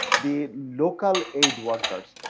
the local aid workers.